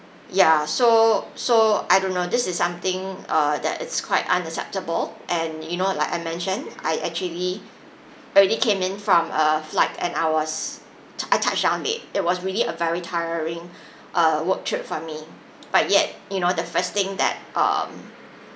ya so so I don't know this is something uh that it's quite unacceptable and you know like I mentioned I actually already came in from a flight and I was I touched down late it was really a very tiring uh work trip for me but yet you know the first thing that um